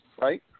right